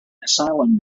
asylum